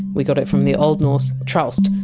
we got it from the old norse! traust,